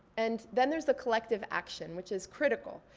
and then there's the collective action which is critical.